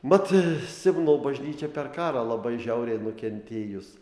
mat simno bažnyčia per karą labai žiauriai nukentėjus